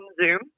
Zoom